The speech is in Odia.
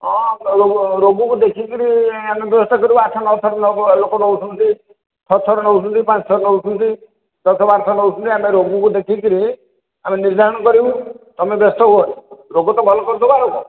ହଁ ରୋଗକୁ ରୋଗକୁ ଦେଖିକିରି ଆମେ ବ୍ୟବସ୍ଥା କରିବୁ ଆଠ ନଅଥର ଲୋକ ନେଉଛନ୍ତି ଛଅଥର ନେଉଛନ୍ତି ପାଞ୍ଚଥର ନେଉଛନ୍ତି ଦଶ ବାରଥର ନେଉଛନ୍ତି ଆମେ ରୋଗ ଦେଖିକିରି ଆମେ ନିର୍ଦ୍ଧାରଣ କରିବୁ ତୁମେ ବ୍ୟସ୍ତ ହୁଅନି ରୋଗ ତ ଭଲ କରିଦେବୁ ଆଉ କ'ଣ